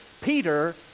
Peter